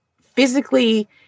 physically